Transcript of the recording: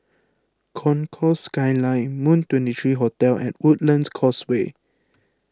Concourse Skyline Moon twenty three Hotel and Woodlands Causeway